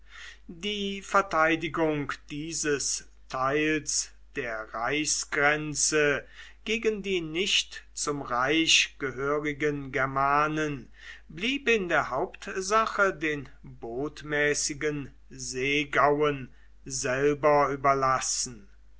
die verteidigung dieses teils der reichsgrenze gegen die nicht zum reich gehörigen germanen blieb in der hauptsache den botmäßigen seegauen selber überlassen